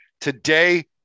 today